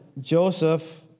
Joseph